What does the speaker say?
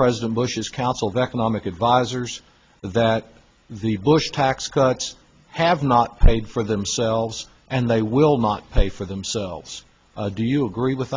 president bush's council of economic advisors that the bush tax cuts have not paid for themselves and they will not pay for themselves do you agree with